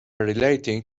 relating